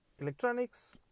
electronics